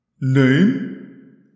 Name